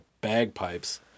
bagpipes